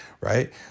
right